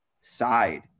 side